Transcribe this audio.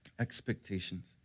expectations